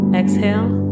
exhale